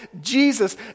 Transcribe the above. Jesus